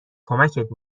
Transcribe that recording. کمکت